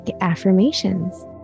affirmations